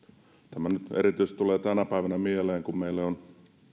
tämä nyt erityisesti tulee tänä päivänä mieleen kun meille on